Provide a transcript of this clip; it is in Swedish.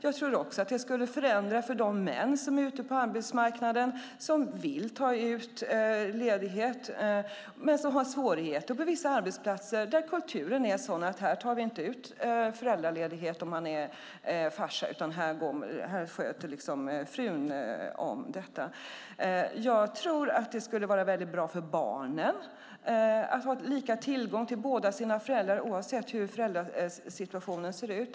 Jag tror också att det skulle förändra för de män som är ute på arbetsmarknaden och vill ta ut ledighet men som har svårigheter på vissa arbetsplatser där kulturen är sådan att en farsa inte tar ut föräldraledighet utan frun sköter om det. Jag tror att det skulle vara väldigt bra för barnen att ha lika tillgång till båda sina föräldrar oavsett hur föräldrasituationen ser ut.